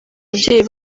ababyeyi